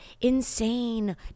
insane